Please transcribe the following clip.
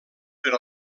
per